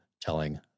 telling